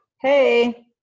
Hey